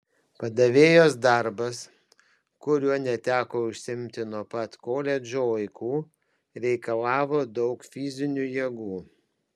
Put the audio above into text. padavėjos darbas kuriuo neteko užsiimti nuo pat koledžo laikų reikalavo daug fizinių jėgų